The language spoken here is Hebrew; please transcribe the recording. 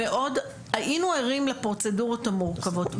מאוד היינו ערים לפרוצדורות המורכבות.